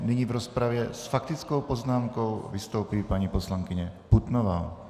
Nyní v rozpravě s faktickou poznámkou vystoupí paní poslankyně Putnová.